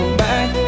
back